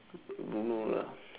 don't know lah